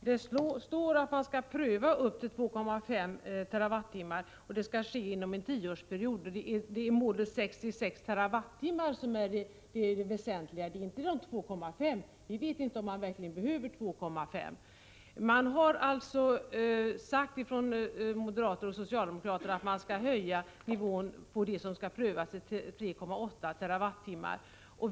Herr talman! Det står att man skall pröva nivån 2,5 TWh, och detta skall ske under en tioårsperiod. Men det är målet 66 TWh som är det väsentliga, inte 2,5. Vi vet inte om vi verkligen behöver 2,5 TWh. Moderaterna och socialdemokraterna har alltså sagt att man skall höja nivån på det som skall prövas till 3,8 TWh.